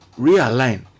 realign